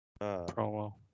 Promo